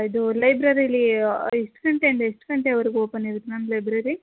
ಇದು ಲೈಬ್ರರಿಲಿ ಎಷ್ಟು ಗಂಟೆಯಿಂದ ಎಷ್ಟು ಗಂಟೆವರೆಗೂ ಓಪನ್ ಇರುತ್ತೆ ಮ್ಯಾಮ್ ಲೈಬ್ರರಿ